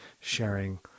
sharing